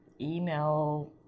email